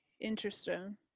Interesting